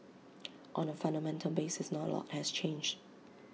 on A fundamental basis not A lot has changed